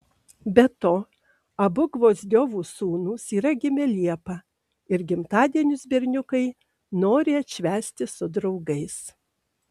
be to abu gvozdiovų sūnus yra gimę liepą ir gimtadienius berniukai nori atšvęsti su draugais